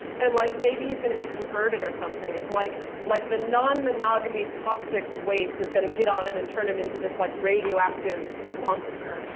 and like maybe he's going to be converted or something. it's like like the non-monogamy toxic waste is going to get on him and turn him into this like radioactive monster.